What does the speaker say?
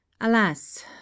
alas